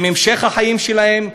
עם המשך החיים שלהם?